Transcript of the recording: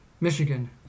Michigan